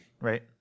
right